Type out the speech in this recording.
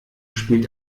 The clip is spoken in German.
spielt